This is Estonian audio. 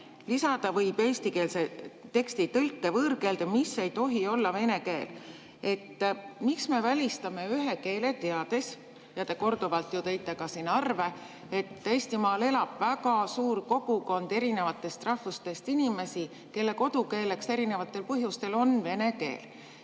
lisada võib eestikeelse teksti tõlke võõrkeelde, mis ei tohi olla vene keel. Miks me välistame ühe keele, teades – te ju korduvalt tõite ka siin välja neid arve –, et Eestimaal elab väga suur kogukond erinevatest rahvustest inimesi, kelle kodukeeleks erinevatel põhjustel on vene keel?